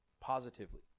positively